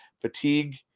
Fatigue